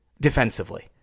Defensively